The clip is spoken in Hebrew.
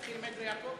להתחיל מאדרי יעקב?